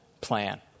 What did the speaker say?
plan